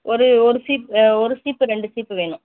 ஒரு ஒரு சீப்பு ஒரு சீப்பு ரெண்டு சீப்பு வேணும்